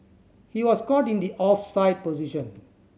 he was caught in the offside position